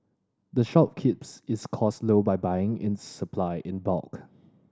the shop keeps its costs low by buying in supply in bulk